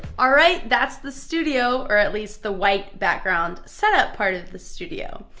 alright, that's the studio or at least the white background set up part of the studio.